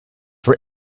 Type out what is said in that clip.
for